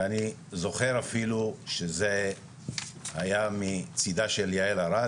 ואני זוכר אפילו שזה היה מצידה של יעל ארד,